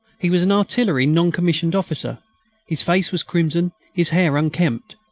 he was an artillery non-commissioned officer his face was crimson, his hair unkempt,